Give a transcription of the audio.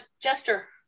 Jester